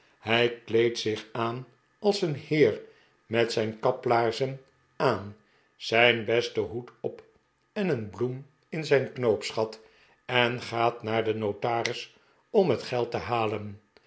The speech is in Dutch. hij kleedt zich aan als een heer met zijn kaplaarzen aan zijn besteri hoed op en een bloem in zijn knoopsgat en gaat naar den notaris om het geld te halen